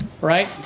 right